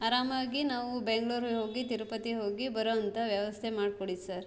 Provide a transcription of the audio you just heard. ಆರಾಮಾಗಿ ನಾವು ಬೆಂಗ್ಳೂರಿಗೆ ಹೋಗಿ ತಿರುಪತಿಗೆ ಹೋಗಿ ಬರೋ ಅಂಥ ವ್ಯವಸ್ಥೆ ಮಾಡಿಕೊಡಿ ಸರ್